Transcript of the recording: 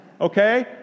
Okay